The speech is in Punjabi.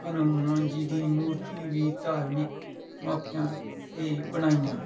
ਹਨੂੰਮਾਨ ਜੀ ਦੀ ਮੂਰਤੀ ਵੀ ਧਾਰਮਿਕ ਮੌਕਿਆਂ 'ਤੇ ਬਣਾਈਆਂ